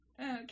Okay